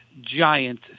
giant